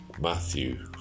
Matthew